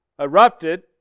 erupted